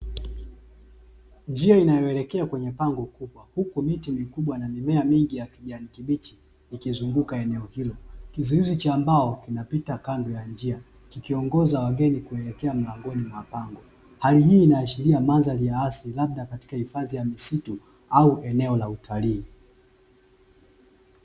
Njia inayoelekea kwenye pango kubwa, huku miti mikubwa na mimea mingi ya kijani kibichi ikizunguka eneo hilo. Kizuizi cha mbao kinapita kando ya njia, kikiongoza wageni kuelekea mlangoni mwa pango. Hali hii inaashiria mandhari ya asili labda katika hifadhi ya misitu au eneo la utalii.